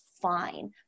fine